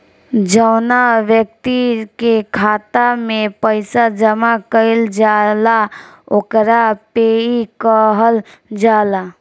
जौवना ब्यक्ति के खाता में पईसा जमा कईल जाला ओकरा पेयी कहल जाला